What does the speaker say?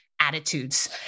attitudes